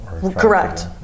Correct